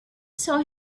saw